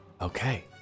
Okay